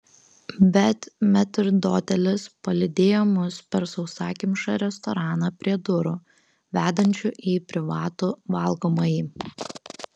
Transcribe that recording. bet metrdotelis palydėjo mus per sausakimšą restoraną prie durų vedančių į privatų valgomąjį